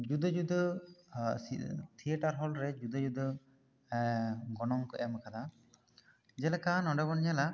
ᱡᱩᱫᱟᱹ ᱡᱩᱫᱟᱹ theatre hall ᱨᱮ ᱡᱩᱫᱟᱹ ᱡᱩᱫᱟᱹ ᱜᱚᱱᱚᱝ ᱠᱚ ᱮᱢ ᱟᱠᱟᱫᱟ ᱡᱮᱞᱮᱠᱟ ᱱᱚᱸᱰᱮ ᱵᱚᱱ ᱧᱮᱞᱟ